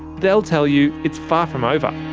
they'll tell you it's far from over.